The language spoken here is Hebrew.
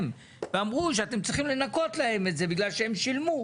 ואמרו שאתם צריכים לנכות להם את זה בגלל שהם שילמו.